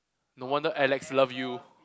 no wonder Alex love you